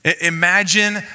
imagine